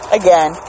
again